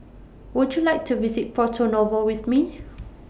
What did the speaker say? Would YOU like to visit Porto Novo with Me